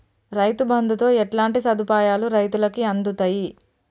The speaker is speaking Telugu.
రైతు బంధుతో ఎట్లాంటి సదుపాయాలు రైతులకి అందుతయి?